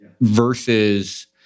versus